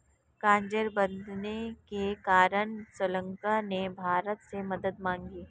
कर्ज बढ़ने के कारण श्रीलंका ने भारत से मदद मांगी